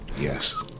Yes